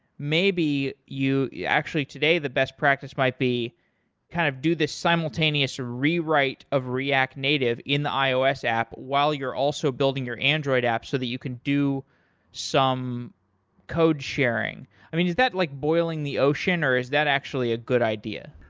maybe you you actually, today the best practice might be kind of do this simultaneous rewrite of react native in the ios app while you're also building your android apps so that you can do some code sharing. is that like boiling the ocean or is that actually a good idea?